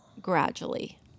gradually